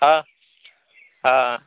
हाँ हाँ